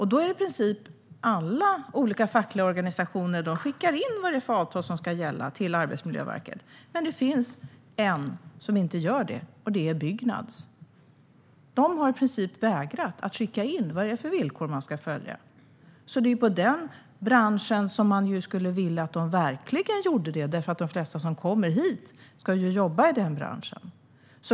I princip skickar alla fackliga organisationer in till Arbetsmiljöverket vilka avtal som ska gälla. Men Byggnads gör inte det. Man vägrar att skicka in vilka villkor som ska följas. Det är en bransch man verkligen vill ska skicka in, eftersom de flesta som kommer hit ska jobba i den branschen.